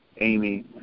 Amy